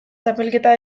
txapelketa